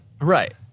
right